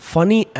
Funny